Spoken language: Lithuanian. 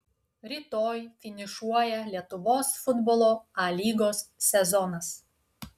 rytoj finišuoja lietuvos futbolo a lygos sezonas